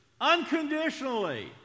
unconditionally